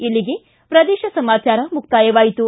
ಇಲ್ಲಿಗೆ ಪ್ರದೇಶ ಸಮಾಚಾರ ಮುಕ್ತಾಯವಾಯಿತು